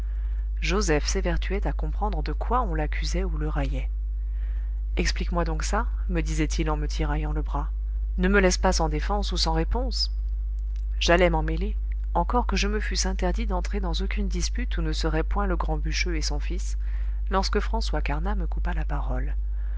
joseph s'évertuait à comprendre de quoi on l'accusait ou le raillait explique-moi donc ça me disait-il en me tiraillant le bras ne me laisse pas sans défense ou sans réponse j'allais m'en mêler encore que je me fusse interdit d'entrer dans aucune dispute où ne seraient point le grand bûcheux et son fils lorsque françois carnat me coupa la parole